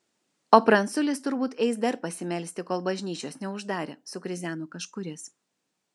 o pranculis turbūt eis dar pasimelsti kol bažnyčios neuždarė sukrizeno kažkuris